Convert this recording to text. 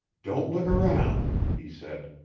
don't look around, he said.